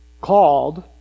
Called